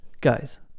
Guys